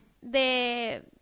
de